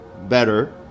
better